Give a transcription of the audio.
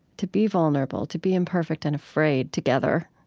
to be vulnerable, to be imperfect and afraid together,